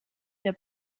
der